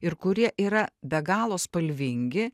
ir kurie yra be galo spalvingi